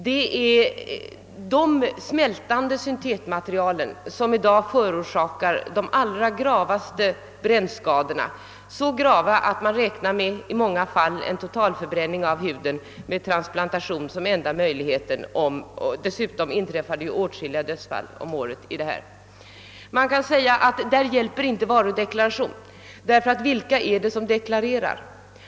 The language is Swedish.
Det är de smältande syntetmaterialen som i dag förorsakar de allra gravaste brännskadorna, så grava att man i många fall räknar med en totalförbränning av huden med transplantation som enda hjälp. Dessutom inträffar åtskilliga dödsfall om året av denna anledning. I sådana fall hjälper inte varudeklaration, ty vilka är det som deklarerar?